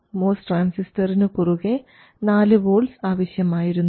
MOS ട്രാൻസിസ്റ്ററിനു കുറുകെ 4 volts ആവശ്യമായിരുന്നു